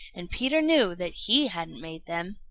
and peter knew that he hadn't made them!